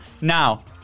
Now